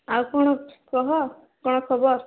ଆଉ କ'ଣ କହ କ'ଣ ଖବର